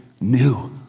New